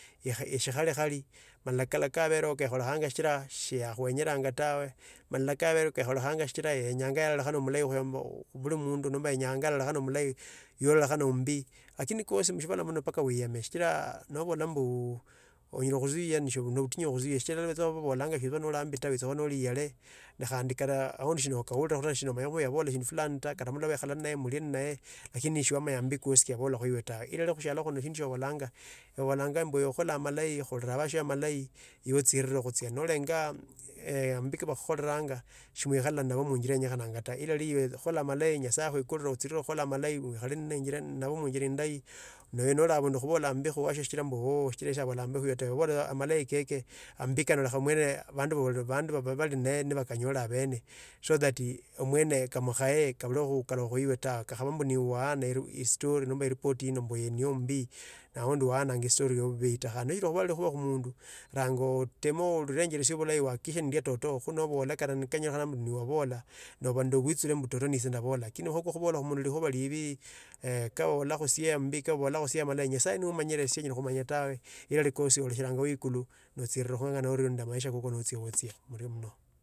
eeh eshikholkhali malala khala khabero kaekholekhanga sichira shiakhuenyeranga tawe ,malala kawere kaelolekhanga sichira yenyanga alolekhe mulahi khuombe khuyomba khubuli mundu nomba inyanga olalakhai mulaii iwe olelekhiombi .Lakini kosi musibala muno mbaka oiyeme sichira nobolo mbuuu onyala kuzuia nobutinyu sichira nebababulanya sholi noli aeembi la wiisa khuba noli yake khandi aumdi nashukourirekho to nesomanya yainola shindu filani takata msikhale mulie nnye lakini soramonya ombi kosi shiabala khuiwe tawe, nirali khushialo khuna sindu siebabolanga okhola amalahi khorara usasio amalahi iwe sirira khulsia nolenya eeeh ombi ke bakhukhureranga shiekhara nnabo munjira lenyakhananga ta nirai iwe khula amalahi nyasaye akhusikure otsirire khukhula omalahi olkhare nnobi munjira endahi nawe noli obundu khubula ombi khususasio shichira siabola omba khuiwe tawe iwe bola amalahi keke ombi kano lekha omwene obanda balaba bali nnyo nebakhonyole obene so that omwene kamukhaye kabule khukalukha khisiwi tawe owene haba niwe waana e stori nombe e ripoti ino mbu niya ommbi mnawe hyo oananya eripoli yo bibihi la khodhi noshiri kosho likhuba khumsin ranga olami orenyelasie bulahi ohakikishi nelia toto lakini khubula ambi sikenyekhonanya takata nyasaye niyo omanyile shikhere kho manya tawe, era likosi ole shiranga vikhulu nosierorakhua ne orenda mmaisha kokhone utsie utsie.